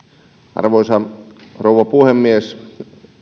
arvoisa rouva puhemies